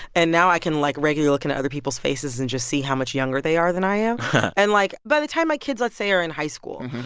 and now i can, like, regularly look into other people's faces and just see how much younger they are than i am and, like, by the time my kids, let's say, are in high school,